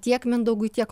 tiek mindaugui tiek